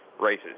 races